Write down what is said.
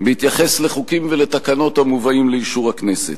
בהתייחסם לחוקים ולתקנות המובאים לאישור הכנסת.